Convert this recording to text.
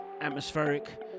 atmospheric